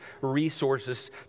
resources